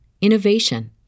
innovation